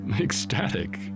ecstatic